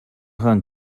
хаан